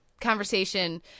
conversation